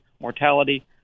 mortality